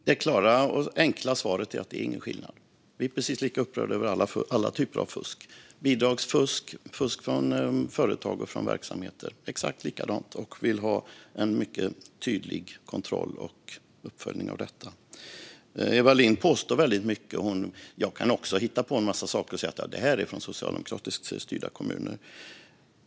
Fru talman! Det klara och enkla svaret är att det är ingen skillnad. Vi är precis lika upprörda över alla typer av fusk, bidragsfusk och fusk från företag och verksamheter, exakt lika. Vi vill ha mycket tydlig kontroll och uppföljning av detta. Eva Lindh påstår väldigt mycket. Jag kan också hitta på en massa saker och säga att det är från socialdemokratiskt styrda kommuner.